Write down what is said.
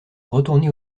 retourner